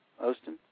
Austin